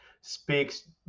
speaks